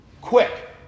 Quick